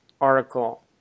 article